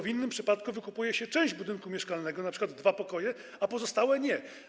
W innej sytuacji wykupuje się część budynku mieszkalnego, np. dwa pokoje, a pozostałe nie.